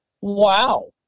Wow